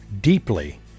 deeply